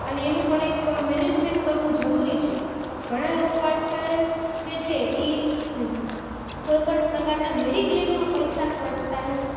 અને એનું પણ એક મેનેજમેન્ટ કરવું જરૂરી છે ઘણા લોકો આજકાલ જે છે એ કોઈપણ પ્રકારના મેડિક્લેમમાં પૈસા ખર્ચતા નથી